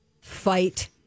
fight